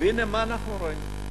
והנה מה אנחנו רואים?